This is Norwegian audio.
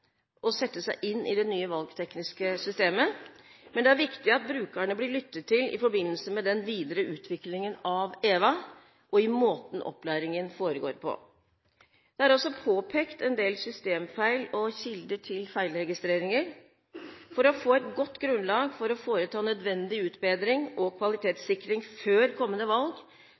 å sette seg inn i det nye valgtekniske systemet. Det er viktig at brukerne blir lyttet til i forbindelse med den videre utviklingen av EVA og i måten opplæringen foregår på. Det er altså påpekt en del systemfeil og kilder til feilregistreringer. For å få et godt grunnlag for å foreta nødvendig utbedring og kvalitetssikring før kommende valg